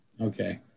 Okay